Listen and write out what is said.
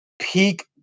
peak